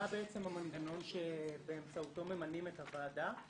מה המנגנון שבאמצעותו ממנים את הוועדה,